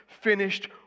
finished